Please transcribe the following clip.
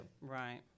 Right